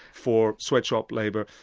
for sweatshop labour,